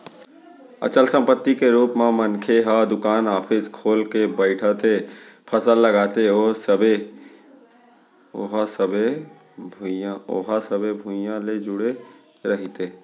अचल संपत्ति के रुप म मनखे ह दुकान, ऑफिस खोल के बइठथे, फसल लगाथे ओहा सबे भुइयाँ ले जुड़े रहिथे